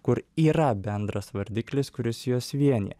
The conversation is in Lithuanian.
kur yra bendras vardiklis kuris juos vienija